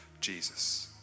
Jesus